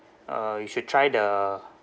uh you should try the